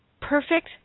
perfect